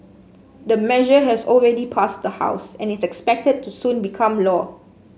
the measure has already passed the House and is expected to soon become law